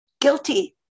guilty